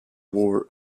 war